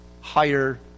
higher